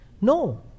No